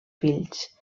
fills